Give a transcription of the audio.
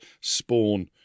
spawn